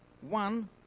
one